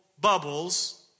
bubbles